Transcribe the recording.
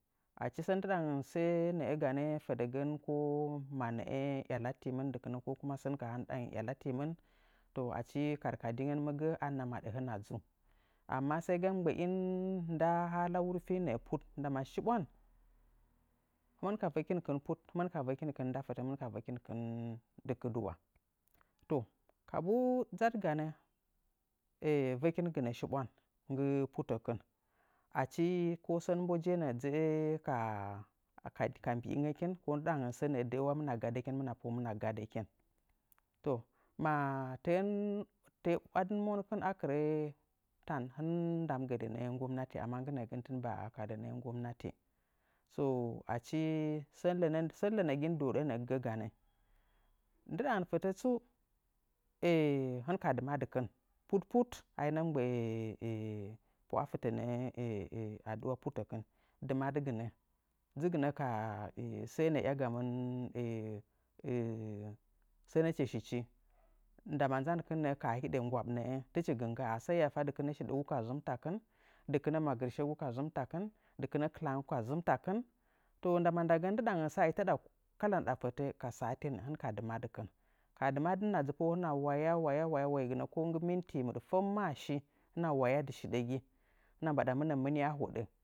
Achi sən ndɨɗa sai naigani fadagn ko manɨa yalatiimɨn ndiknai kokuma yalatiimɨn, to achi karkadi ngən mɨ gə hɨna madə hɨna dzuu amma sai ga maɗin nda hala wurfinyi nəə put ndama shiɓwan, hɨmɨn ka bvəkinkɨn put, hɨmɨn ka vəkinkɨn ndatətən hɨmɨn ka vəkin kɨn dɨkɨduwa. To, kabu dzadɨ ganə vekingɨnə shiɓwan nggɨ putəkɨn. Achi ko sən mbojiye nə'ə dzə'ə ka-ka mbi ingəkin ko səə nə'ə də'ə hɨmɨna gadəkin hɨmɨna po'əꞌə hɨmɨna gadəkin. To ma ɨəən tə'ə wadɨn mokɨn a kɨrə tan hɨn mɨ nda mɨ gə lənə nggomnati amma nggɨ nə'əgən tɨn ba ka gə lənə nggomnati. so achi sən lənəgin nə'ə dɨga hoɗa gəgə ganə. Ndɨɗangən fətə tsu, hɨn ka dɨmadɨkɨn put put a hinə mɨ mgbə'ə pu'a fɨtə nə'a adu'a putəkɨn, dɨmadɨgɨnə. Dzɨgɨnə ka haa nəə, sena yagamɨn sənəchi shichi ndama nzankɨn ka ha hiɗa nə'ə nggwaɓ nə'ə, tɨchi gɨ ngga'a, sai hiya fo shiɗagu ka zɨmtakɨn, dɨkɨnə magɨrshegu ka zɨmtakɨn, dɨkɨnə kɨlangəgu ka zɨmtakɨn, to ndang ndagən ndɨɗangən sa'echi tadə kil fərə hɨn ka dɨmadɨkɨn ka dɨmadɨr hɨna dzɨ poəa hɨna dzɨ naya waya ko nggɨ minti mɨɗɨəngmaashi, hɨna mbaɗa mɨnə mɨnia a hoɗə.